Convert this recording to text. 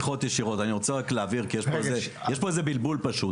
אני רוצה רק להבהיר לגבי תמיכות ישירות כי יש פה איזה בלבול פשוט